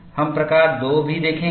हम प्रकार 2 भी देखेंगे